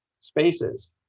spaces